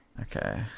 Okay